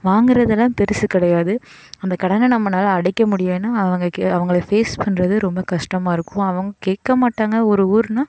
வாங்கறதெலாம் பெரிசு கிடையாது அந்த கடனை நம்மனால் அடைக்க முடியணும் அவங்க கி அவங்களை ஃபேஸ் பண்ணுறது ரொம்ப கஷ்டமாக இருக்கும் அவங்க கேட்க மாட்டாங்க ஒரு ஊர்னால்